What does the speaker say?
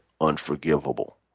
unforgivable